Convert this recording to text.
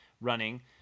running